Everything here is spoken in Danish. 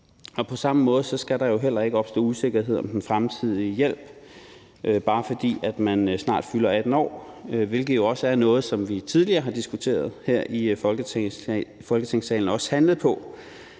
På samme måde skal der heller ikke opstå usikkerhed om den fremtidige hjælp, bare fordi man snart fylder 18 år, hvilket jo også er noget, som vi tidligere har diskuteret her i Folketingssalen, og vi har også